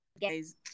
guys